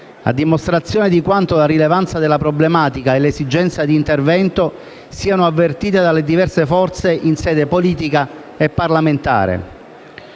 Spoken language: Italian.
a dimostrazione di quanto la rilevanza della problematica e l'esigenza di intervento siano avvertite dalle diverse forze in sede politica e parlamentare.